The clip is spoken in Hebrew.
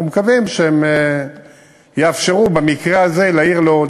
אנחנו מקווים שהם יאפשרו במקרה הזה לעיר לוד,